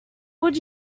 would